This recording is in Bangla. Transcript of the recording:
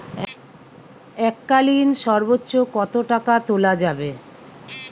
এককালীন সর্বোচ্চ কত টাকা তোলা যাবে?